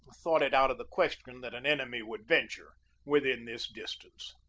thought it out of the question that an enemy would venture within this distance.